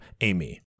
Amy